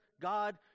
God